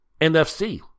NFC